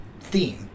theme